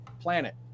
planet